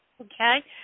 okay